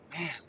Man